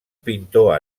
pintor